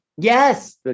Yes